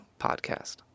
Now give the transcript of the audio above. Podcast